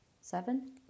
Seven